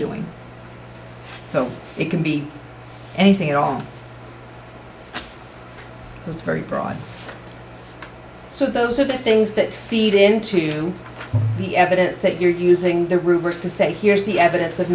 doing so it can be anything at all it's very broad so those are the things that feed into the evidence that you're using the rubric to say here's the evidence of